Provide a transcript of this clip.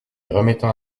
remettant